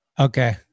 Okay